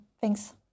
Thanks